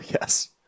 yes